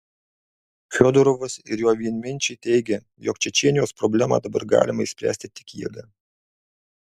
fiodorovas ir jo vienminčiai teigia jog čečėnijos problemą dabar galima išspręsti tik jėga